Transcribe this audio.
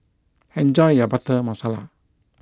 enjoy your Butter Masala